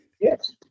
Yes